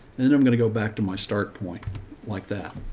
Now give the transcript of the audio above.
and then i'm going to go back to my start point like that.